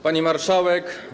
Pani Marszałek!